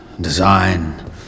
design